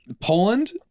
Poland